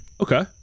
Okay